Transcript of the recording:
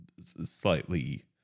slightly